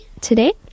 today